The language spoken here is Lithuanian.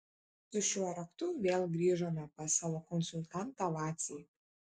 su šiuo raktu vėl grįžome pas savo konsultantą vacį